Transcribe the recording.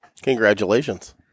congratulations